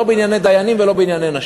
לא בענייני דיינים ולא בענייני נשים.